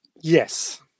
Yes